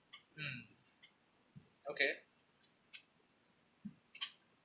mm okay